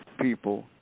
people